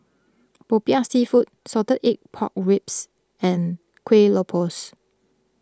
Popiah Seafood Salted Egg Pork Ribs and Kueh Lopes